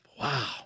Wow